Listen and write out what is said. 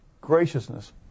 graciousness